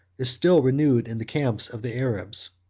is still renewed in the camps of the arabs.